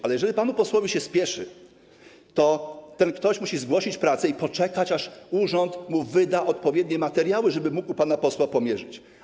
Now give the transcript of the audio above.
Ale jeżeli panu posłowi się spieszy, to ten ktoś i tak musi zgłosić prace i poczekać aż urząd wyda mu odpowiednie materiały, żeby mógł u pana posła pomierzyć.